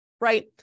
right